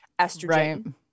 estrogen